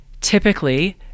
Typically